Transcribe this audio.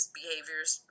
behaviors